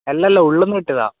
അല്ല അല്ല ഉള്ളിൽ നിന്ന് കിട്ടിയതാണ്